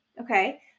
Okay